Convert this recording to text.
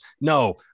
no